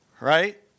right